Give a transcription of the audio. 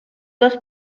dos